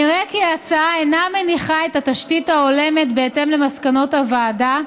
נראה כי ההצעה אינה מניחה את התשתית ההולמת בהתאם למסקנות הוועדה,